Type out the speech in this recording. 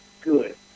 Good